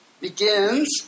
begins